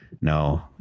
no